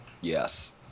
yes